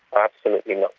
absolutely not.